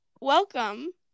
welcome